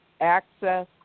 access